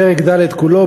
פרק ד' כולו,